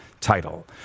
title